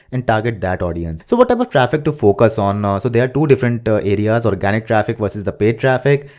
and target that audience. so what type of traffic to focus on? ah so there are two different areas, organic traffic versus the paid traffic.